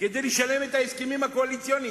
כדי לשלם את ההסכמים הקואליציוניים.